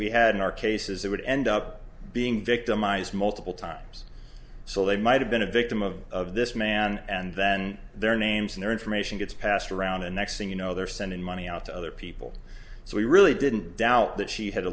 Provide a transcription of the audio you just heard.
we had in our cases they would end up being victimized multiple times so they might have been a victim of this man and then their names and their information gets passed around and next thing you know they're sending money out to other people so we really didn't doubt that she had